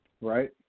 right